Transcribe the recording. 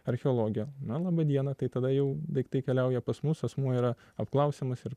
archeologija na laba diena tai tada jau daiktai keliauja pas mus asmuo yra apklausiamas ir